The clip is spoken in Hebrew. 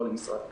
לא למשרד האוצר.